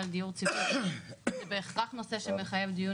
המצב בשוק וזה מה שמצוין בשקף הראשון יש דברים שהם